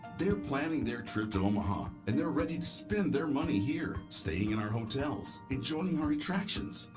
they're planning their trip to omaha. and they're ready to spend their money here, staying in our hotels, enjoying our attractions,